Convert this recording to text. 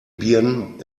birnen